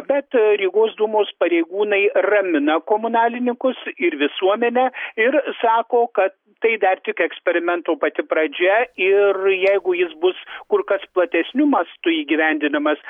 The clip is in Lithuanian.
bet rygos dūmos pareigūnai ramina komunalininkus ir visuomenę ir sako kad tai dar tik eksperimento pati pradžia ir jeigu jis bus kur kas platesniu mastu įgyvendinamas